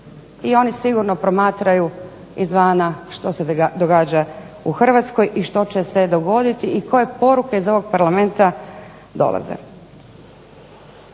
I oni sigurno promatraju izvana što se događa u Hrvatskoj i što će se dogoditi i koje poruke iz ovog Parlamenta dolaze.